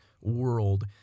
world